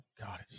God